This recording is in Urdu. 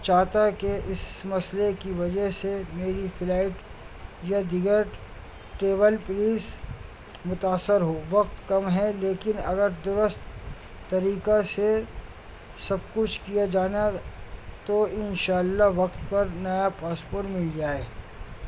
چاہتا کہ اس مسئلے کی وجہ سے میری فلائٹ یا دیگر ٹیبل پلیز متاثر ہو وقت کم ہے لیکن اگر درست طریقہ سے سب کچھ کیا جانا تو ان شاء اللہ وقت پر نیا پاسپورٹ مل جائے